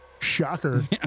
Shocker